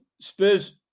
Spurs